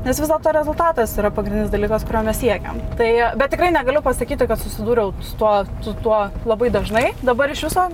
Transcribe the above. nes vis dėlto rezultatas yra pagrindinis dalykas kurio mes siekiam tai bet tikrai negaliu pasakyti kad susidūriau su tuo su tuo labai dažnai dabar iš viso